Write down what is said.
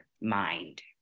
mind